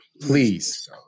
Please